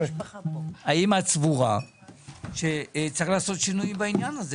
האם את סבורה שצריך לעשות שינוי בעניין הזה?